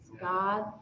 God